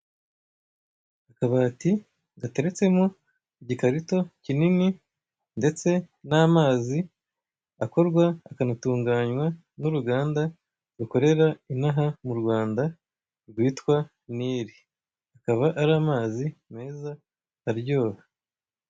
Akabati gateretsemo igikarito kinini ndetse n'amazi akorwa, akanatunganywa n'uruganda rukorera inaha mu Rwanda, rwitwa Nile. Akaba ari amazi meza aryoha.